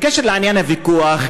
בעניין הוויכוח,